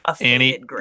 Annie